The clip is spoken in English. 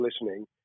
listening